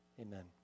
Amen